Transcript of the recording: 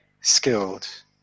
skilled